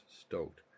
stoked